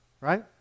right